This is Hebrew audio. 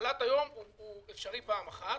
החל"ת היום אפשרי פעם אחת.